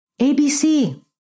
ABC